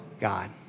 God